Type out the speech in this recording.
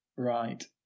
right